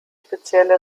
spezielle